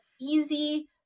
easy